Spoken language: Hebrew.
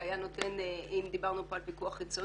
זה היה נותן --- הנה דיברנו פה על פיקוח חיצוני,